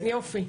יופי.